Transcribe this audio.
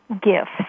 gifts